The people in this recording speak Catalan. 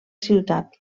ciutat